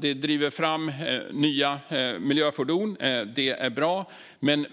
Det driver fram nya miljöfordon, vilket är bra. Men